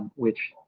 which.